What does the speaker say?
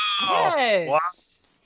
Yes